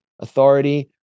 authority